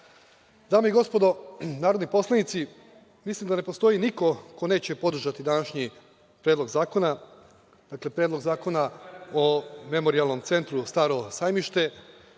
i gospodo narodni poslanici, mislim da ne postoji niko ko neće podržati današnji Predlog zakona, dakle Predlog zakona o Memorijalnom centru „Staro sajmište“